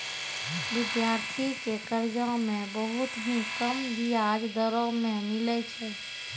विद्यार्थी के कर्जा मे बहुत ही कम बियाज दरों मे मिलै छै